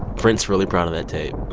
brent's really proud of that tape